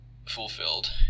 Fulfilled